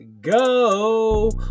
go